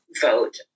vote